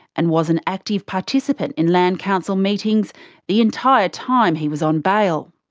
and was an active participant in land council meetings the entire time he was on bail.